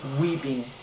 Weeping